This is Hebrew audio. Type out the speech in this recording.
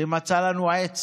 שמצא לנו עץ